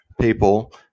people